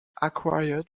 acquired